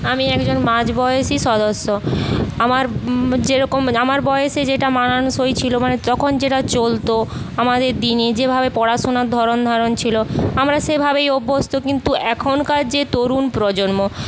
আমি একজন মাঝবয়সী সদস্য আমার যেরকম আমার বয়সে যেটা মানানসই ছিল মানে তখন যেটা চলতো আমাদের দিনে যেভাবে পড়াশোনার ধরণ ধারণ ছিল আমরা সেভাবেই অভ্যস্ত কিন্তু এখনকার যে তরুণ প্রজন্ম